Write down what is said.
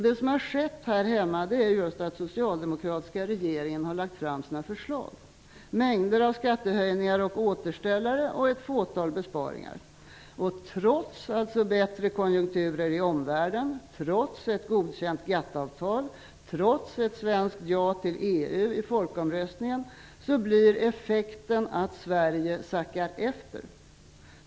Det som har skett här hemma är just att den socialdemokratiska regeringen har lagt fram sina förslag - en mängd skattehöjningar och återställare samt ett fåtal besparingar. Trots bättre konjunkturer i omvärlden, trots ett godkänt GATT-avtal och trots ett svenskt ja till EU i folkomröstningen blir effekten att Sverige har sackat efter.